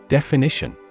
Definition